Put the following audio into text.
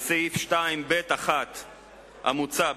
שבסעיף 2(ב)(1) המוצע,